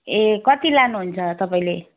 ए कति लानुहुन्छ तपाईँले